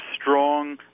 strong